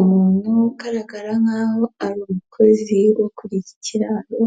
Umuntu ugaragara nkaho ari umukozi wo kuri iki kiraro,